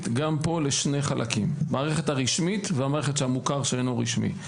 לשני חלקים: המערכת הרשמית והמערכת של המוכר שאינו רשמי.